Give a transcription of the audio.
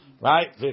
Right